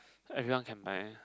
everyone can buy